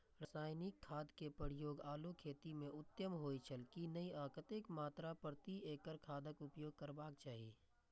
रासायनिक खाद के प्रयोग आलू खेती में उत्तम होय छल की नेय आ कतेक मात्रा प्रति एकड़ खादक उपयोग करबाक चाहि?